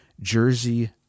Jersey